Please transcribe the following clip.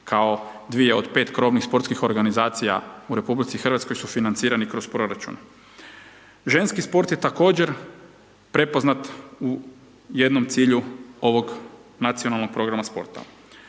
kao 2 od 5 krovnih sportskih organizacija u RH, su financirani kroz proračun. Ženski sport je također prepoznat u jednom cilju ovog nacionalnog programa sporta.